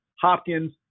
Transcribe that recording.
Hopkins